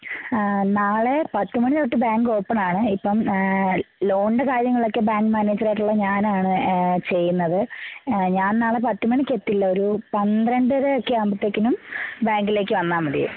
നാളെ പത്തുമണി തൊട്ട് ബാങ്ക് ഓപ്പൺ ആണ് ഇപ്പം ലോണിൻ്റെ കാര്യങ്ങളൊക്കെ ബാങ്ക് മാനേജരായിട്ടുള്ള ഞാനാണ് ചെയ്യുന്നത് ഞാൻ നാളെ പത്ത് മണിക്കെത്തില്ല ഒരു പന്ത്രണ്ടര ഒക്കെ ആകുമ്പോഴത്തേക്ക് ബാങ്കിലേക്ക് വന്നാൽ മതി